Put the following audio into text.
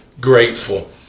grateful